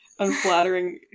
Unflattering